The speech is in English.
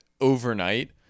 overnight